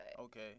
Okay